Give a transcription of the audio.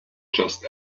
just